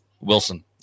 Wilson